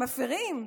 מפירים.